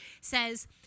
says